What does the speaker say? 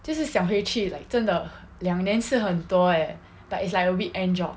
就是想回去 like 真的两年是很多 leh but it's like a weekend job